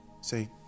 Say